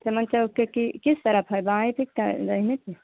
चमन साव के कि किस तरफ है बाएँ कि दाएँ से